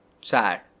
sad